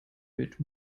mit